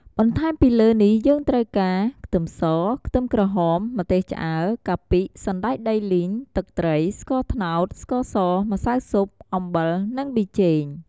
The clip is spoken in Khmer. បន្ថែមពីលើនេះយើងត្រូវការ ខ្ទឹមស ខ្ទឹមក្រហម ម្ទេសឆ្អើរ កាពិ សណ្តែកដីលីង ទឹកត្រី ស្ករត្នោត ស្ករស ម្សៅស៊ុប អំបិល និងប៊ីចេង។